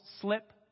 slip